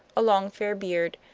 a long fair beard,